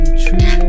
true